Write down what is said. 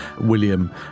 William